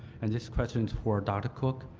and this question is for dr. cook,